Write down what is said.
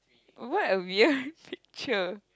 what a weird picture